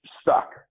stuck